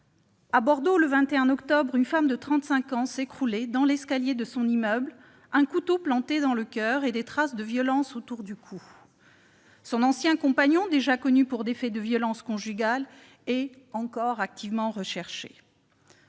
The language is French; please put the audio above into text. À Bordeaux, le 21 octobre, une femme de 35 ans s'écroulait dans l'escalier de son immeuble, un couteau planté dans le coeur et des traces de violences autour du cou. Son ancien compagnon, déjà connu pour des faits de violences conjugales, est toujours activement recherché.